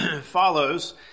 follows